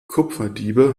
kupferdiebe